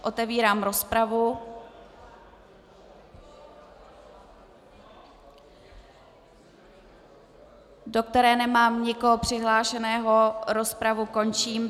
Otevírám rozpravu, do které nemám nikoho přihlášeného, rozpravu končím.